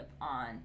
on